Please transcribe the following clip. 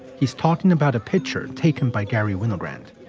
he's talking about a picture taken by garry winogrand.